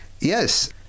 Yes